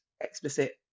explicit